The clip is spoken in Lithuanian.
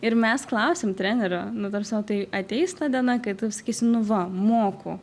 ir mes klausiam trenerio nu ta prasme tai ateis ta diena kai tu sakysi nu va moku